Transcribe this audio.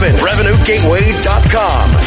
RevenueGateway.com